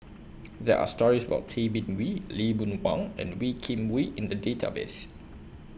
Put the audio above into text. There Are stories about Tay Bin Wee Lee Boon Wang and Wee Kim Wee in The Database